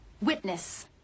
Witness